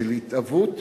של התהוות,